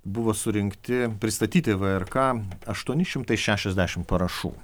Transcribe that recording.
buvo surinkti pristatyti vrk aštuoni šimtai šešiasdešim parašų